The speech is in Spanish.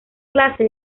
clase